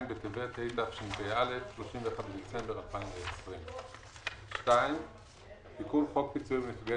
בטבת התשפ"א (31 בדצמבר 2020). תיקון חוק פיצויים לנפגעי